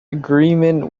agreement